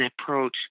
approach